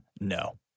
No